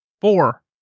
Four